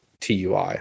TUI